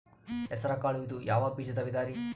ಹೆಸರುಕಾಳು ಇದು ಯಾವ ಬೇಜದ ವಿಧರಿ?